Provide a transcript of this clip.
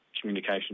communication